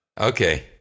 Okay